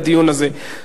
לדיון הזה.